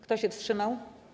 Kto się wstrzymał?